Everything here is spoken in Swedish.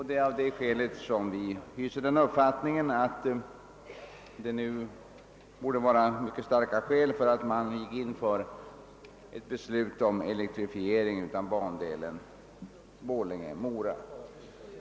Detta gör att vi nu är av den uppfattningen att det borde föreligga starka skäl för att elektrifiera bandelen Borlänge— Mora.